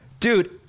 Dude